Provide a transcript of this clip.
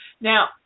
Now